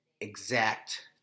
exact